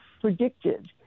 predicted